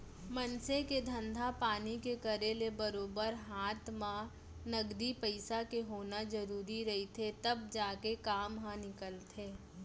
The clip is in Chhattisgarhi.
मनसे के धंधा पानी के करे ले बरोबर हात म नगदी पइसा के होना जरुरी रहिथे तब जाके काम ह निकलथे